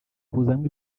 kuzamo